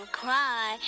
cry